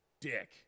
dick